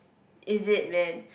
is it man